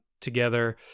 together